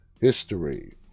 history